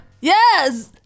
Yes